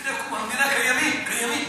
מלפני קום המדינה קיימים, קיימים.